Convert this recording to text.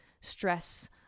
stress